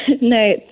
No